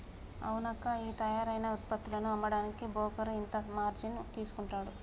అవునక్కా ఈ తయారైన ఉత్పత్తులను అమ్మడానికి బోకరు ఇంత మార్జిన్ తీసుకుంటాడు